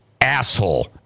asshole